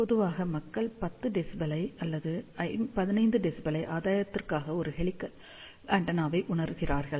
பொதுவாக மக்கள் 10 dBi அல்லது 15 dBi ஆதாயத்திற்காக ஒரு ஹெலிகல் ஆண்டெனாவை உணர்கிறார்கள்